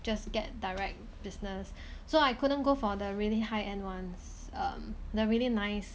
just get direct business so I couldn't go for the really high end ones um they're really nice